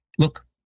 Look